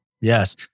Yes